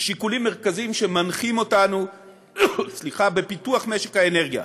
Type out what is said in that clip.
שיקולים מרכזיים שמנחים אותנו בפיתוח משק האנרגיה: